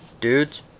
dudes